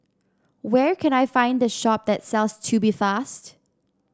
where can I find the shop that sells Tubifast